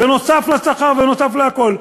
נוסף על שכר, נוסף על הכול.